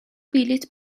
بلیط